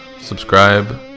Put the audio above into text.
subscribe